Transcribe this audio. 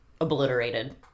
obliterated